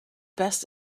best